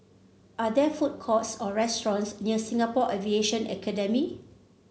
are there food courts or restaurants near Singapore Aviation Academy